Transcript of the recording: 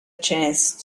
chance